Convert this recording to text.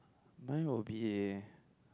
mine will be eh